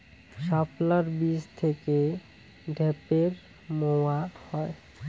শাপলার বীজ থেকে ঢ্যাপের মোয়া হয়?